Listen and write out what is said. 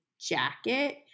jacket